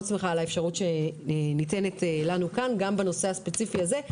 שמחה על האפשרות שניתנת לנו כאן גם בנושא הספציפי הזה.